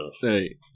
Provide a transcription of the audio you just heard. hey